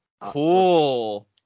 Cool